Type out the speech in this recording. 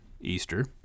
Easter